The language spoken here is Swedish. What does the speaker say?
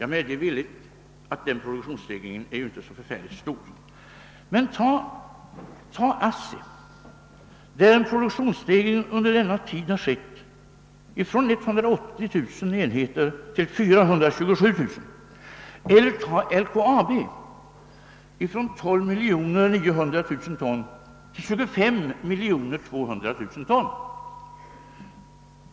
Jag medger villigt att den produktionsstegringen kanske inte är anmärkningsvärt stor. I ASSI har produktionsstegringen under denna tid stigit från 180 000 enheter till 427 000, och LKAB:s produktion har ökat 12,9 miljoner ton till 25,2 miljoner ton.